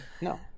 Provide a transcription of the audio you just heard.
No